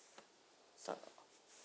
so